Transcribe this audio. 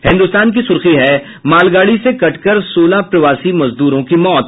हिन्दुस्तान की सुर्खी है मालगाड़ी से कटकर सोलह प्रवासी मजदूरों की मौत